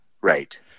Right